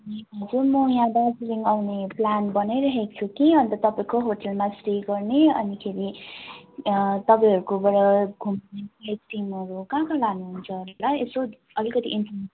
हजुर म यहाँ दार्जिलिङ आउने प्लान बनाइरहेको छु कि अन्त तपाईँको होटेलमा स्टे गर्ने अनिखेरि तपाईँहरूकोबाट घुमफिर स्किमहरू कहाँ कहाँ लानुहुन्छ ल यसो अलिकति